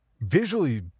visually